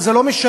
זה לא משנה.